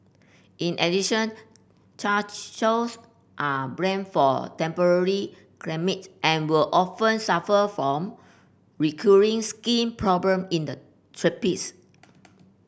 in addition Chow Chows are bred for temperate climates and would often suffer from recurring skin problem in the tropics